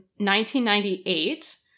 1998